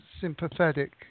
sympathetic